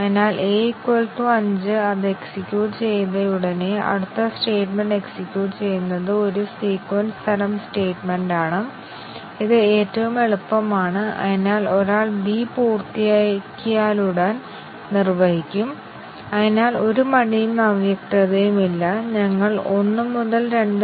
multiple condition coverage എന്നതുകൊണ്ട് ഞങ്ങൾ എന്താണ് അർത്ഥമാക്കുന്നത് എന്ന് വിശദീകരിക്കാൻ നമുക്ക് a അല്ലെങ്കിൽ b c പോലുള്ള ഒരു ഉദാഹരണം കോമ്പൌണ്ട് കണ്ടിഷൻ ആണെങ്കിൽ ഇവിടെ മൂന്ന് ആറ്റോമിക് കണ്ടിഷൻ ഉണ്ട് a b c